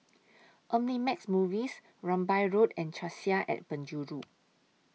Omnimax Movies Rambai Road and Cassia and Penjuru